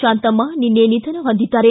ಶಾಂತಮ್ಮ ನಿನ್ನೆ ನಿಧನ ಹೊಂದಿದ್ದಾರೆ